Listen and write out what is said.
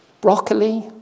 broccoli